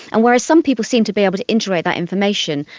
and whereas some people seem to be able to integrate that information,